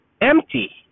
empty